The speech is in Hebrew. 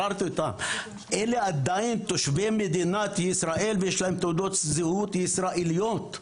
אלה עדיין תושבי מדינת ישראל ויש להם תעודות זהות ישראליות.